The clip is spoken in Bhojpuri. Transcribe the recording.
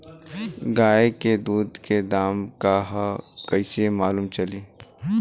गाय के दूध के दाम का ह कइसे मालूम चली?